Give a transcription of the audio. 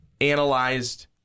analyzed